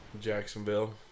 Jacksonville